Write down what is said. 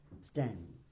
stand